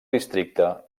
districte